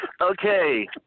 Okay